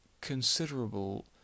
considerable